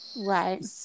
Right